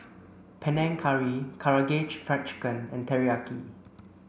Panang Curry Karaage Fried Chicken and Teriyaki